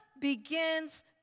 begins